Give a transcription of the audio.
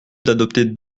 d’adopter